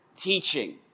teaching